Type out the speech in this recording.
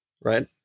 right